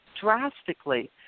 drastically